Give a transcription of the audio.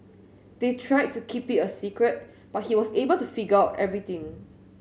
they tried to keep it a secret but he was able to figure everything